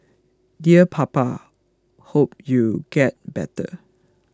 dear Papa hope you get better